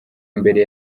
mbere